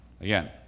Again